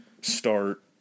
start